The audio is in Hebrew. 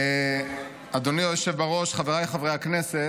אדוני היושב-בראש, חבריי חברי הכנסת,